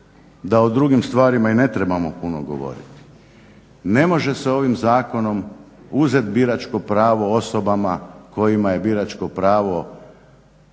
da o drugim stvarima i ne trebamo puno govoriti, ne može se ovim zakonom uzeti biračko pravo osobama kojima je biračko pravo